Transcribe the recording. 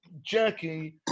Jackie